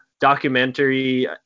Documentary